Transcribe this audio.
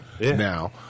now